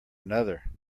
another